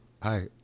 Hi